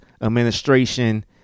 Administration